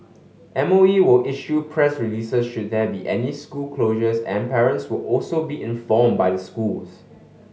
M O E will issue press releases should there be any school closures and parents will also be informed by the schools